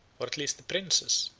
or at least the princes,